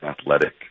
athletic